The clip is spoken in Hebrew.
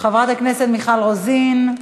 חברת הכנסת מיכל רוזין,